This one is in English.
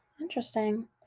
Interesting